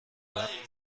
dann